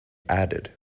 added